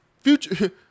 Future